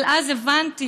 אבל אז הבנתי,